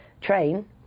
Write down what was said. train